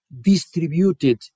distributed